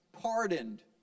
pardoned